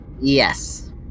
Yes